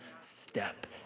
step